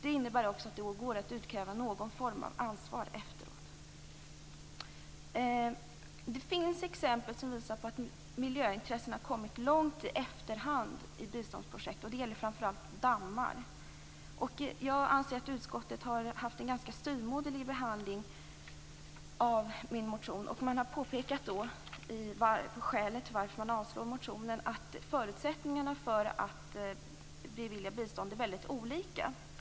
Det innebär också att det går att utkräva någon form av ansvar efteråt. Det finns exempel som visar att miljöintressen har kommit långt i efterhand i biståndsprojekt. Det gäller framför allt dammar. Jag anser att utskottet har haft en ganska styvmoderlig behandling av min motion. Man har i skälen till att man avslår motionen påpekat att förutsättningarna för att bevilja bistånd är väldigt olika.